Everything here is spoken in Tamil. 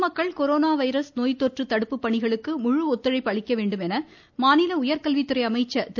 பொதுமக்கள் கொரோனா வைரஸ் நோய் தொற்று தடுப்பு பணிகளுக்கு முழு ஒத்துழைப்பு அளிக்க வேண்டும் என மாநில உயர்கல்வித்துறை அமைச்சர் திரு